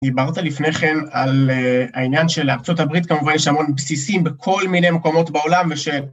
דיברת לפני כן על העניין שלארצות הברית כמובן יש המון בסיסים בכל מיני מקומות בעולם, וש...